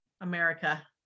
America